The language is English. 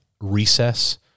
recess